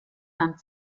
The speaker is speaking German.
dann